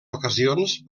ocasions